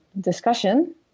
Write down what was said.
discussion